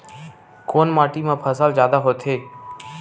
कोन माटी मा फसल जादा होथे?